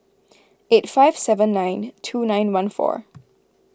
eight five seven nine two nine one four